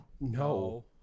No